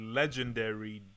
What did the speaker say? legendary